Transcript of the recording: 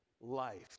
life